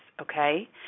okay